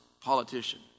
politician